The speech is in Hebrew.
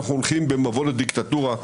אנחנו הולכים במבוא לדיקטטורה.